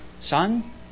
Son